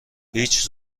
هیچ